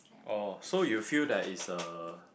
oh so you feel that it's a